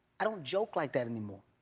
i don't joke like that anymore,